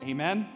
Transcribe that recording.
Amen